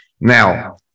Now